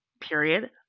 period